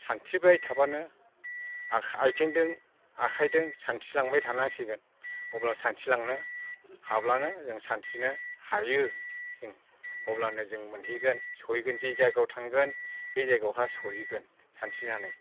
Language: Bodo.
सानस्रिबाय थाबानो आइथिंजों आखाइजों सानस्रिलांबाय थानांसिगोन अब्ला जों सानस्रिलांनो हाब्लानो जों सानस्रिनो हायो जों अब्लानो जों मोनहैगोन सहैगोन जि जागायाव थांगोन बे जागायावहाय सहैगोन सानस्रिनानै